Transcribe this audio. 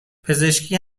پزشکی